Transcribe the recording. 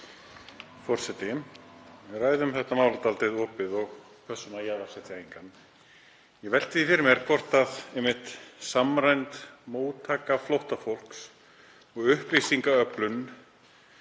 Forseti. Við ræðum þetta mál dálítið opið og pössum að jaðarsetja engan. Ég velti því fyrir mér hvort samræmd móttaka flóttafólks og upplýsingaöflun